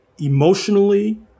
emotionally